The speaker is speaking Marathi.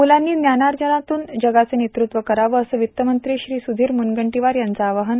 मुर्लीनी ज्ञानार्जनातून जगाचं नेतृत्व करावं असं वित्त मंत्री श्री सुधीर मुनगंटीवार यांचं आवाहन